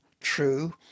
true